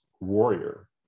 warrior